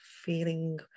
feeling